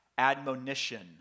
Admonition